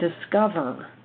discover